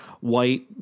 white